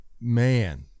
man